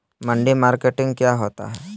मंडी मार्केटिंग क्या होता है?